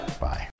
Bye